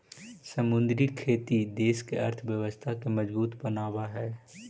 समुद्री खेती देश के अर्थव्यवस्था के मजबूत बनाब हई